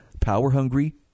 power-hungry